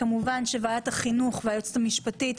כמובן שוועדת החינוך והיועצת המשפטית,